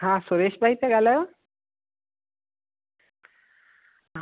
हा सुरेश भाई था ॻाल्हायो